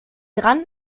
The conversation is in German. dran